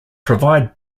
provide